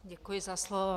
Děkuji za slovo.